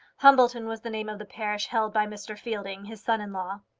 humbleton was the name of the parish held by mr. fielding, his son-in-law.